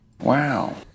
Wow